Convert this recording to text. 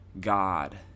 God